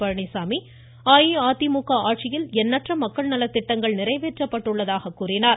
பழனிசாமி அஇஅதிமுக ஆட்சியில் எண்ணற்ற மக்கள் நலத்திட்டங்கள் நிறைவேற்றப்பட்டுள்ளதாக கூறினார்